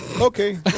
Okay